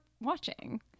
watching